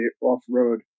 off-road